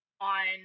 on